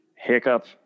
hiccup